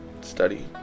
study